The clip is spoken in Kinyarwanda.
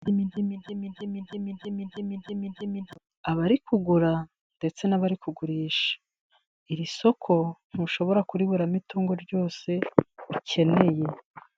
Abari kugura, ndetse n'abari kugurisha. Iri soko ntushobora kuriburamo itungo ryose ukeneye.